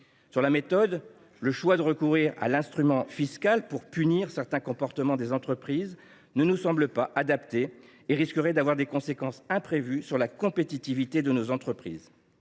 Sur la méthode, le choix consistant à recourir à l’instrument fiscal pour punir certains comportements des entreprises ne nous semble pas adapté et risque d’avoir des conséquences imprévues sur la compétitivité de nos entreprises.